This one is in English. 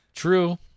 True